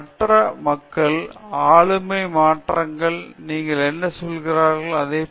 பேராசிரியர் பிரதாப் ஹரிதாஸ் உங்கள் ஆளுமைக்கு மேலாக மற்ற மக்கள் ஆளுமை மாற்றங்கள் நீங்கள் என்ன சொல்கிறீர்களோ அதையே மாற்றும்